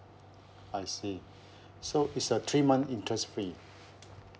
I see so is a three month interest free